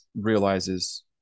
realizes